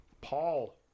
Paul